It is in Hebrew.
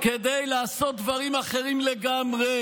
כדי לעשות דברים אחרים לגמרי,